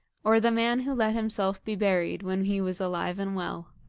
or the man who let himself be buried when he was alive and well.